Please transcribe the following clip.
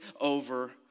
over